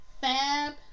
fab